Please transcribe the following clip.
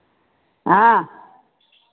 हाँ